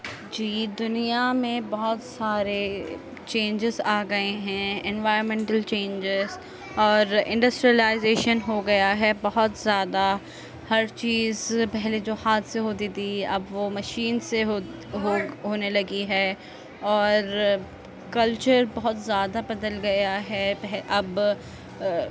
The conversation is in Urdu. جی دنیا میں بہت سارے چینجز آ گئے ہیں انوائرمنٹل چینجز اور انڈسٹریلائزیشن ہو گیا ہے بہت زیادہ ہر چیز پہلے جو ہاتھ سے ہوتی تھی اب وہ مشین سے ہونے لگی ہے اور کلچر بہت زیادہ بدل گیا ہے اب